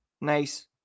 nice